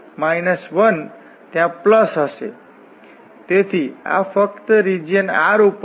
તેથી જ્યારે આપણે આ ઇન્ટીગ્રેટ કરીએ ત્યારે તે 2 π અને પછી 12 છે તેથી અહીં આપણે બે વડે ભાગીશું અને ગુણીશું